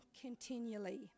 continually